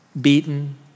beaten